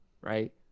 right